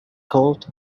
colt